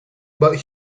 but